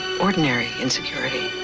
ordinary insecurity.